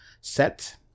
set